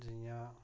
जियां